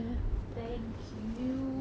thank you